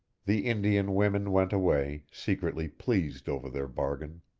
the indian women went away, secretly pleased over their bargain.